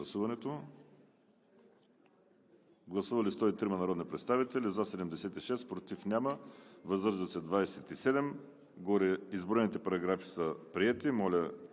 Гласували 103 народни представители: за 76, против няма, въздържали се 27. Гореизброените параграфи са приети.